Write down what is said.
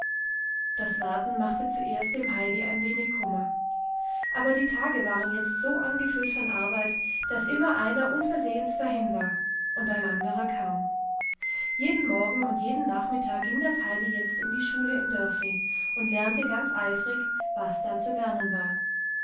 das warten machte zuerst dem heidi ein wenig kummer aber die tage waren jetzt so angefüllt von arbeit daß immer einer unversehens dahin war und ein anderer kam jeden morgen und jeden nachmittag ging das heidi jetzt in die schule im dörfli und lernte ganz eifrig was da zu lernen war